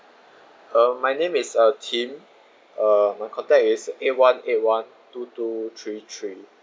uh my name is uh tim uh my contact is eight one eight one two two three three